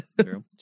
True